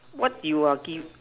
what you are give